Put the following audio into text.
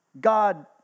God